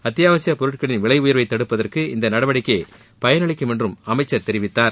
அத்தியாவசியப்பொருட்களின் விலை உயர்வை தடுப்பதற்கு இந்த நடவடிக்கை பயனளிக்கும் என்றும் அமைச்சர் தெரிவித்தார்